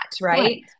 right